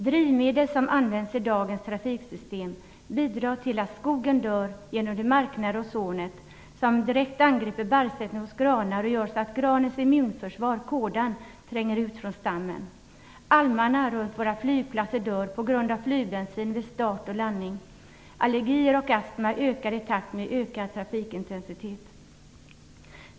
Drivmedel som används i dagens trafiksystem bidrar till att skogen dör genom det marknära ozonet, som direkt angriper barrsättning hos granar och gör så att granens immunförsvar, kådan, tränger ut från stammen. Almarna runt våra flygplatser dör på grund av utsläpp av flygbensin vid start och landning. Allergier och astma ökar i takt med ökad trafikintensitet.